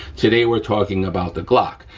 today we're talking about the glock.